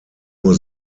nur